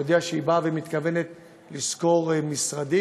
שהודיעה שהיא מתכוונת לשכור משרדים